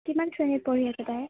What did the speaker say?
কিমান শ্ৰেণীত পঢ়ি আছে তাই